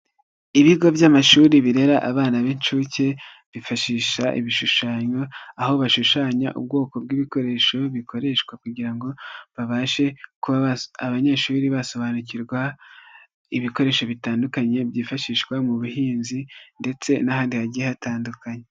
Ibigo by'amashuri birera abana b'inshuke, bifashisha ibishushanyo aho bashushanya ubwoko bw'ibikoresho bikoreshwa kugira ngo babashe abanyeshuri basobanukirwa ibikoresho bitandukanye byifashishwa mu buhinzi, ndetse n'ahandi hagiye hatandukanye.